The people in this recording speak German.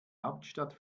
hauptstadt